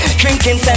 drinking